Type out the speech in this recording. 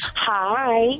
Hi